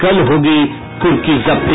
कल होगी कुर्की जब्ती